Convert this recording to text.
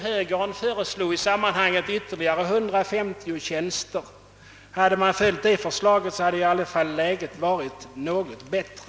Högern föreslog i sammanhanget ytterligare 150 tjänster. Hade man följt detta förslag, hade läget i alla fall varit något bättre.